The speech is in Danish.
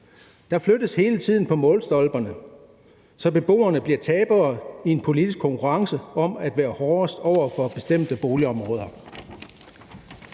Der flyttes hele tiden på målstolperne, så beboerne bliver tabere i en politisk konkurrence om at være hårdest over for bestemte boligområder.